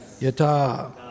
Yata